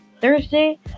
Thursday